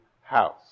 house